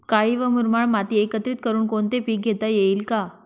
काळी व मुरमाड माती एकत्रित करुन कोणते पीक घेता येईल का?